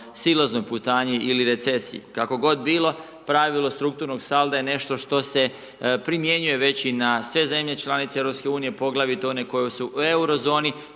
silaznoj putanji i li recesiji. Kako god bilo, pravilo strukturnog salda, je nešto što se primjenjuje već i na sve zemlje članice EU, poglavito one koji su u eurozoni